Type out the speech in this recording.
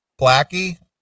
blackie